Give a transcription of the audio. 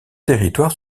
territoire